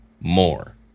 more